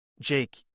jake